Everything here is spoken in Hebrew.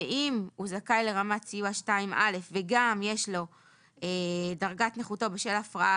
ואם הוא זכאי לרמת סיוע 2(א) וגם יש לו דרגת נכות בשל הפרעה